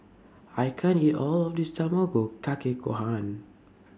I can't eat All of This Tamago Kake Gohan